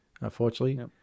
Unfortunately